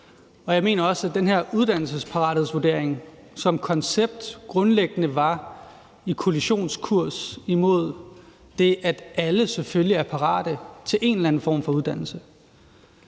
Og jeg mener også, at den her uddannelsesparathedsvurdering som koncept grundlæggende var på kollisionskurs med det, at alle selvfølgelig er parate til en eller anden form for uddannelse.